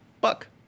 Buck